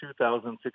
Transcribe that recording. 2016